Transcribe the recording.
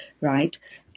right